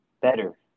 better